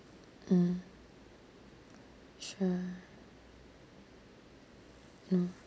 mm sure mm